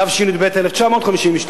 התשי"ב 1952,